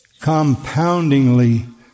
compoundingly